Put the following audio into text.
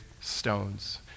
stones